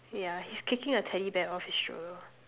yeah he's kicking a teddy bear off his stroller